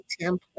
template